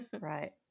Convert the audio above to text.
Right